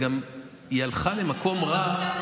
היא הלכה למקום רע,